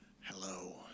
Hello